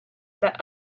that